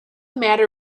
matter